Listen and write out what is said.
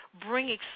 bring